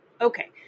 Okay